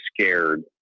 scared